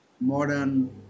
modern